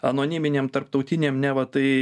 anoniminėm tarptautinėm neva tai